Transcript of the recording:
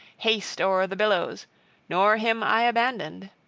haste o'er the billows nor him i abandoned.